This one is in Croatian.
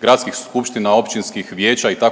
gradskih skupština, općinskih vijeća itd.